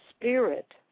spirit